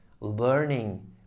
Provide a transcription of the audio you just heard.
learning